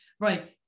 right